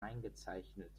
eingezeichnet